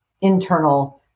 internal